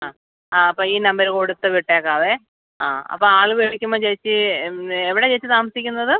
ആ ആ അപ്പോൾ ഈ നമ്പര് കൊടുത്ത് വിട്ടേക്കാവേ ആ അപ്പോൾ ആൾ വിളിക്കുമ്പോൾ ചേച്ചി എവിടെയാണ് ചേച്ചി താമസിക്കുന്നത്